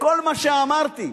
כל מה שאמרתי,